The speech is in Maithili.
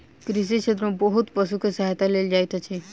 कृषि क्षेत्र में बहुत पशु के सहायता लेल जाइत अछि